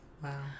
Wow